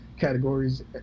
categories